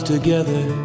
together